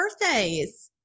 birthdays